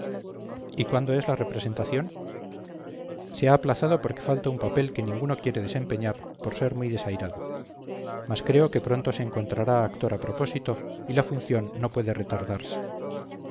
y cuándo es la representación se ha aplazado porque falta un papel que ninguno quiere desempeñar por ser muy desairado mas creo que pronto se encontrará actor a propósito y la función no puede retardarse